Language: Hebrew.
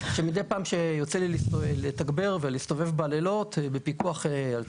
מדי פעם כשיוצא לי לתגבר ולהסתובב בלילות בפיקוח על ציידים,